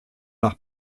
nach